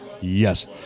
Yes